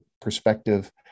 perspective